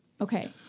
Okay